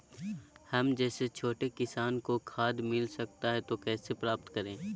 हम जैसे छोटे किसान को खाद मिलता सकता है तो कैसे प्राप्त करें?